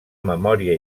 memòria